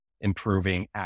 improving